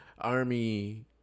army